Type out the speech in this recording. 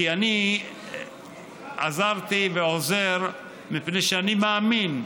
כי אני עזרתי ועוזר מפני שאני מאמין.